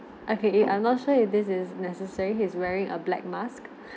okay I'm not sure if this is necessary he's wearing a black mask